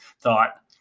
thought